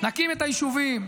נקים את היישובים,